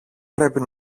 πρέπει